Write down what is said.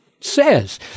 says